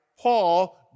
Paul